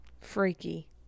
Freaky